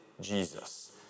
Jesus